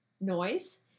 noise